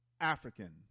African